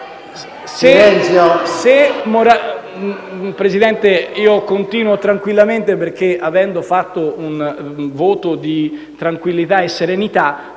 Presidente, io continuo tranquillamente perché avendo fatto un voto di tranquillità e serenità